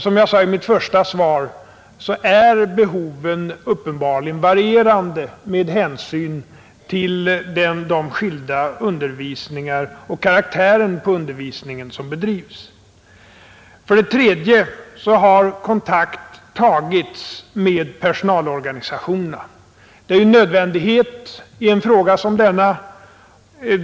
Som jag sade i mitt första svar är behoven uppenbarligen varierande med hänsyn till de skilda slagen av undervisning och den olika karaktären på den undervisning som bedrivs. Vidare har kontakt tagits med personalorganisationerna. Det är en nödvändighet när det gäller en fråga som denna.